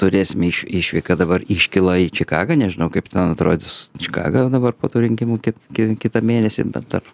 turėsim iš išvyką dabar iškylą į čikagą nežinau kaip ten atrodys čikaga dabar po tų rinkimų kiek ki kitą mėnesį bet dar